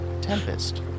tempest